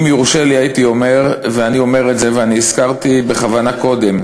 אם יורשה לי, הייתי אומר, ובכוונה הזכרתי קודם